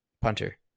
Punter